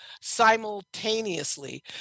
simultaneously